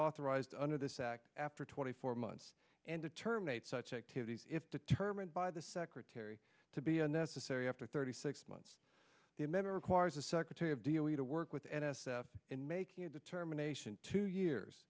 authorized under this act after twenty four months and to terminate such activities if determined by the secretary to be unnecessary after thirty six months the member requires a secretary of dio he to work with n s f in making a determination two years